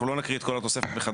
אנחנו לא נקריא את כל התוספת מחדש,